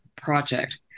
Project